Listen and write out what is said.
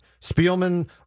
Spielman